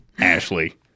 Ashley